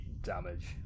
damage